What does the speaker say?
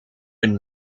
een